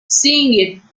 seeing